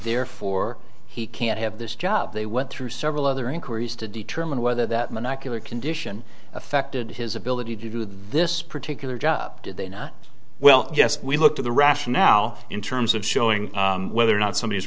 therefore he can't have this job they went through several other inquiries to determine whether that monocular condition affected his ability to do this particular job did they not well yes we look to the rationale in terms of showing whether or not somebody